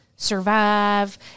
survive